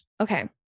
Okay